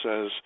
says